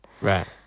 Right